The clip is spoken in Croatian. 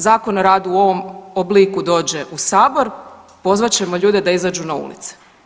Zakon o radu u ovom obliku dođe u Sabor, pozvat ćemo ljude za izađu na ulice.